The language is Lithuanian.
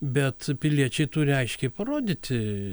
bet piliečiai turi aiškiai parodyti